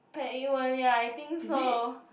Perniwan ya I think so